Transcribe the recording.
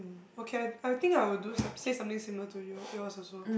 um okay I I will think I will do some say something similar to you yours also